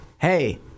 Hey